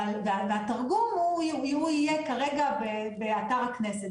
והתרגום יהיה כרגע באתר הכנסת.